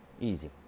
Easy